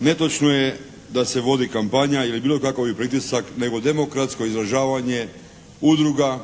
netočno je da se vodi kampanja ili bilo kakovi pritisak nego demokratsko izražavanje udruga